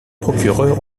procureur